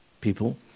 people